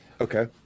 Okay